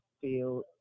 feel